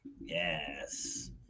Yes